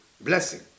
blessing